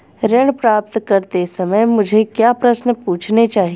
ऋण प्राप्त करते समय मुझे क्या प्रश्न पूछने चाहिए?